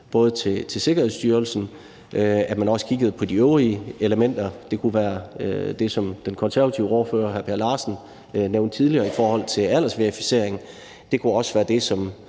til Sikkerhedsstyrelsen, og at man også kiggede på de øvrige elementer. Det kunne være det, som den konservative ordfører, hr. Per Larsen, nævnte tidligere om aldersverificering, og det kunne også være det, som